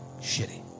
shitty